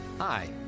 Hi